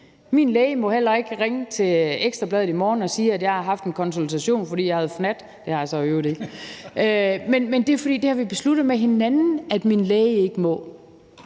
Min læge må heller ikke ringe til Ekstra Bladet i morgen og sige, at jeg har haft en konsultation, fordi jeg havde fnat – det har jeg så i øvrigt ikke. Og det er, fordi vi har besluttet med hinanden, at det må min læge ikke.